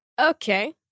Okay